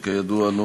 שכידוע,